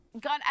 God